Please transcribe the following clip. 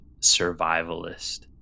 survivalist